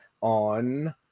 on